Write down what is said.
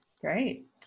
Great